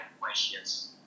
questions